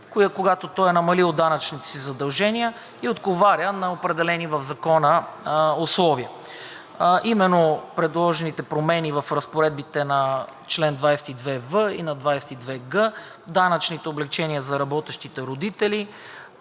когато то е намалило данъчните си задължения и отговаря на определени в Закона условия. Именно предложените промени в разпоредбите на чл. 22в и на 22г – данъчните облекчения за работещите родители